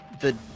the-